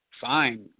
fine